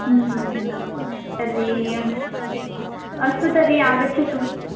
तर्हि अस्तु तर्हि आगच्छतु